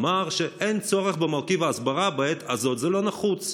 אמר שאין צורך במרכיב ההסברה בעת הזאת ושזה לא נחוץ,